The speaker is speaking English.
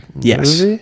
yes